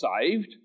saved